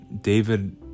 David